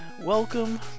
Welcome